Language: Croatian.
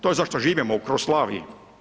To je zašto živimo u Kroslaviji.